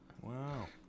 wow